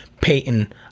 Peyton